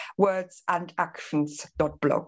wordsandactions.blog